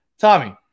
Tommy